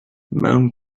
mewn